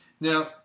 Now